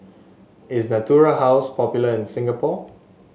is Natura House popular in Singapore